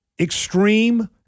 Extreme